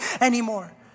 anymore